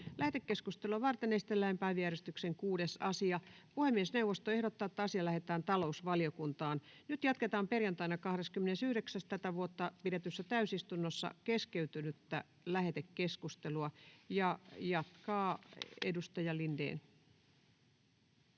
Lähetekeskustelua varten esitellään päiväjärjestyksen 6. asia. Puhemiesneuvosto ehdottaa, että asia lähetetään talousvaliokuntaan. Nyt jatketaan perjantaina 20.9.2024 pidetyssä täysistunnossa keskeytettyä lähetekeskustelua. — Ja edustaja Lindén